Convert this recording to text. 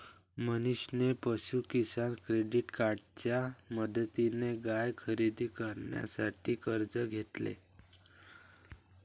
मनीषने पशु किसान क्रेडिट कार्डच्या मदतीने गाय खरेदी करण्यासाठी कर्ज घेतले